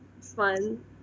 fun